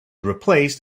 replaced